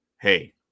Hey